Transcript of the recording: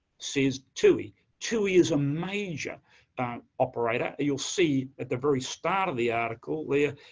says tui. tui is a major operator, you'll see, at the very start of the article there,